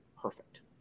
Perfect